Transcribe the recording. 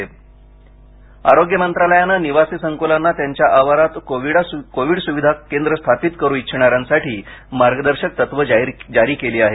Covid संकुल आरोग्य मंत्रालयाने निवासी संकुलांना त्यांच्या आवारात कोविड सुविधा केंद्र स्थापित करू इच्छिणा यासाठी मार्गदर्शक तत्त्वे जारी केली आहेत